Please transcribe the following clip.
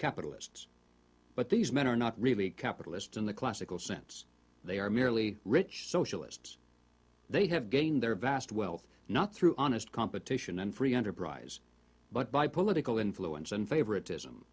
capitalists but these men are not really capitalist in the classical sense they are merely rich socialists they have gained their vast wealth not through honest competition and free enterprise but by political influence and favoritism